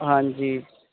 ਹਾਂਜੀ